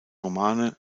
romane